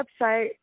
website